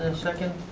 and second.